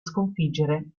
sconfiggere